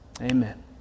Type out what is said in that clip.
Amen